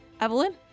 Evelyn